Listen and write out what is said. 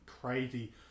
crazy